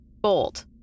bolt